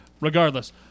regardless